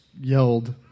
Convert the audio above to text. yelled